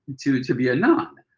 to to be a nun.